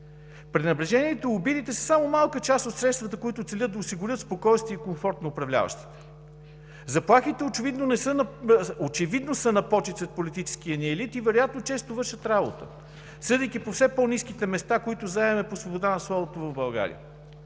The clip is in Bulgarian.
Пренебрежението и обидите са само малка част от средствата, които целят да осигурят спокойствие и комфорт на управляващите. Заплахите очевидно са на почит сред политическия ни елит и вероятно често вършат работа, съдейки по все по-ниските места, които България заема по свобода на словото.